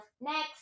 next